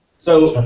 so.